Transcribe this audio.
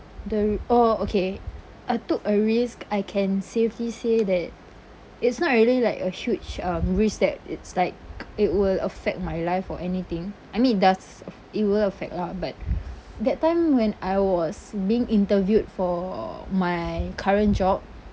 the oh okay I took a risk I can safely say that it's not really like a huge um risk that it's like it will affect my life or anything I mean it does it will affect lah but that time when I was being interviewed for my current job